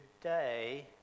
today